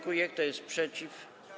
Kto jest przeciw?